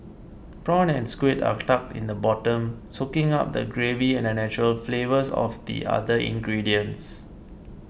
prawn and squid are tucked in the bottom soaking up the gravy and the natural flavours of the other ingredients